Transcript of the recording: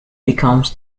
becomes